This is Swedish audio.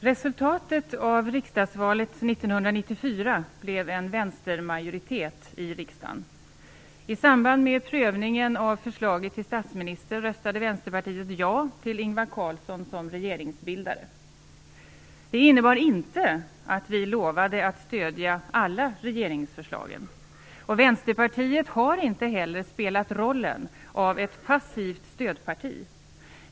Fru talman! Resultatet av riksdagsvalet år 1994 Det innebar inte att vi lovade att stödja alla regeringsförslag. Vänsterpartiet har inte heller spelat rollen av ett passivt stödparti.